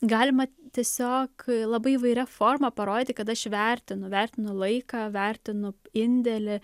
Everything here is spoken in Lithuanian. galima tiesiog labai įvairia forma parodyti kad aš vertinu vertinu laiką vertinu indėlį